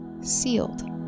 sealed